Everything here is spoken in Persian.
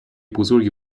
بزرگی